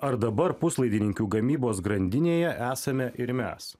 ar dabar puslaidininkių gamybos grandinėje esame ir mes